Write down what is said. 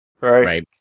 Right